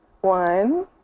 One